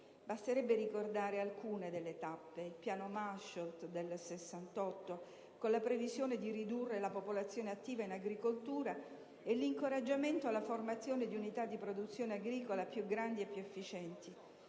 Basterebbe ricordare alcune delle tappe, a cominciare dal piano Mansholt del 1968, con la previsione di ridurre la popolazione attiva in agricoltura e l'incoraggiamento alla formazione di unità di produzione agricola più grandi e più efficienti.